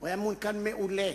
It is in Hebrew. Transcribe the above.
הוא היה מנכ"ל מעולה.